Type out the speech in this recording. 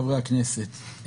חברי הכנסת,